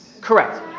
correct